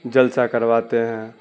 جلسہ کرواتے ہیں